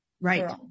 right